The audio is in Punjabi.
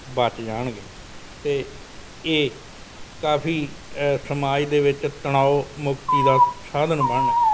ਬੱਚ ਜਾਣਗੇ ਅਤੇ ਇਹ ਕਾਫੀ ਸਮਾਜ ਦੇ ਵਿੱਚ ਤਣਾਓ ਮੁਕਤੀ ਦਾ ਸਾਧਨ ਬਣਨਗੇ